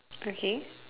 okay